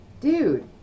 Dude